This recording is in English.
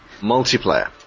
Multiplayer